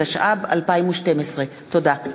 התשע"ב 2012. תודה.